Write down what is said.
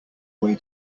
way